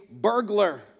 burglar